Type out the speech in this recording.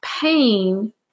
pain